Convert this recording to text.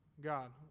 God